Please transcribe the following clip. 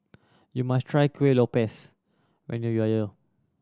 you must try Kuih Lopes when you